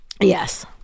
yes